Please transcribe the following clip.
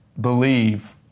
believe